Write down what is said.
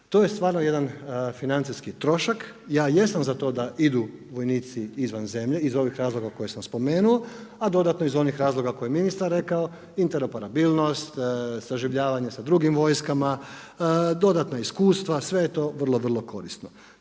To je stvarno jedan financijski trošak, ja jesam za to da idu vojnici izvan zemlje, iz ovih razloga koje sam spomenuo, a dodatno iz onih razloga koje je ministar rekao, interoperabilnost saživljavanje sa drugim vojskama, dodatna iskustva, sve je to vrlo, vrlo korisno.